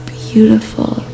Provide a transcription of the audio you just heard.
beautiful